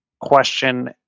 question